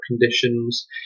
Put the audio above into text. conditions